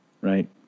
right